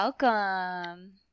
welcome